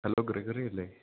hello Gregory അല്ലേ